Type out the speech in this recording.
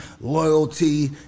loyalty